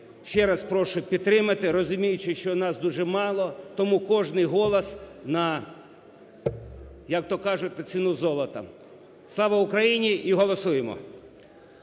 Ще раз прошу підтримати, розуміючи, що нас дуже мало. Тому кожний голос на, як то кажуть, на ціну золота. Слава Україні! І голосуємо.